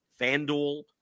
FanDuel